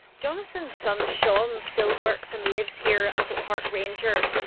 jonathan's son sean still works and lives here as a park ranger.